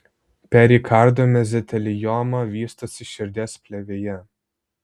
perikardo mezotelioma vystosi širdies plėvėje